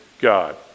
God